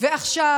עכשיו